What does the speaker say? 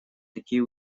такие